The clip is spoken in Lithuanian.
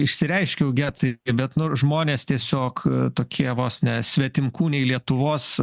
išsireiškiau getai bet nors žmonės tiesiog tokie vos ne svetimkūniai lietuvos